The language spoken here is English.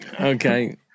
Okay